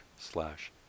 slash